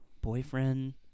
boyfriend